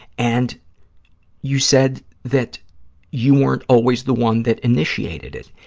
and you said that you weren't always the one that initiated it.